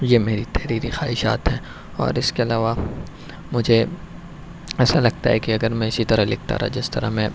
یہ میری تحریری خواہشات ہیں اور اس کے علاوہ مجھے ایسا لگتا ہے کہ اگر میں اسی طرح لکھتا رہا جس طرح میں